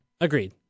Agreed